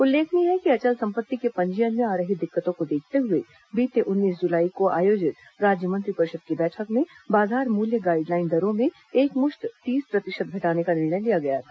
उल्लेखनीय है कि अचल संपत्ति के पंजीयन में आ रही दिक्कतों को देखते हुए बीते उन्नीस जुलाई को आयोजित राज्य मंत्रिपरिषद की बैठक में बाजार मूल्य गाइड लाइन दरों में एकमुश्त तीस प्रतिशत घटाने का निर्णय लिया गया था